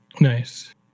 Nice